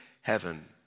heaven